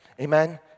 Amen